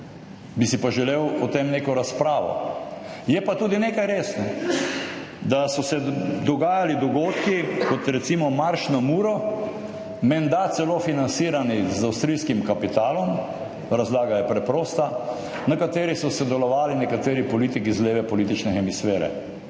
bi si pa želel o tem neko razpravo. Res pa je tudi nekaj, da so se dogajali dogodki, kot recimo Marš na Muro, menda celo financirani z avstrijskim kapitalom, razlaga je preprosta, na kateri so sodelovali nekateri politiki z leve politične hemisfere.